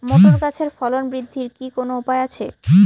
Motor গাছের ফলন বৃদ্ধির কি কোনো উপায় আছে?